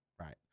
right